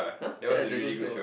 !huh! that is a good show ah